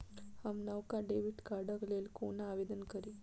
हम नवका डेबिट कार्डक लेल कोना आवेदन करी?